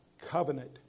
covenant